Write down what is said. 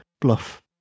bluff